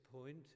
point